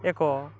ଏକ